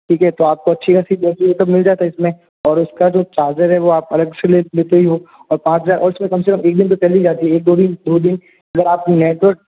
ठीक है तो आपको अच्छी खासी बैटरी बैकप मिल जाता है इसमें और उसका जो चार्जर है वो आप अलग से लेते ही हो और पाँच हज़ार और उसमें कम से कम एक दिन तो चली जाती है एक दो दिन दो दिन अगर आप नेटवर्क